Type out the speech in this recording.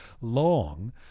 long